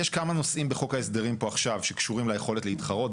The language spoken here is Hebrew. יש כמה נושאים בחוק ההסדרים פה עכשיו שקשורים ליכולת להתחרות,